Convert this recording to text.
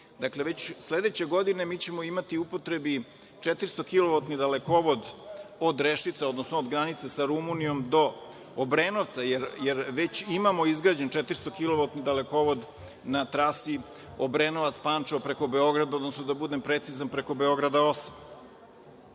Dakle, već sledeće godine mi ćemo imati u upotrebi 400-kilovoltni dalekovod od Rešica, odnosno od granice sa Rumunijom do Obrenovca, jer već imamo izgrađen 400-kilovoltni dalekovod na trasi Obrenovac – Pančevo preko Beograda, odnosno da budem precizan preko Beograda